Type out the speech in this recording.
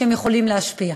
שהם יכולים להשפיע.